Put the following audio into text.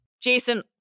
Jason